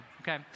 okay